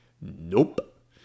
Nope